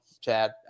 Chad